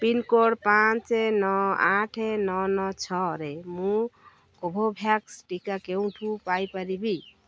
pincode ପାଞ୍ଚ ନଅ ଆଠ ନଅ ନଅ ଛଅରେ ମୁଁ କୋଭୋଭ୍ୟାକ୍ସ ଟିକା କେଉଁଠୁ ପାଇପାରିବି